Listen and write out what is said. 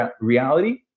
reality